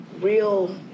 real